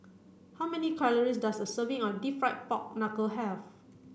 how many calories does a serving of deep fried pork knuckle have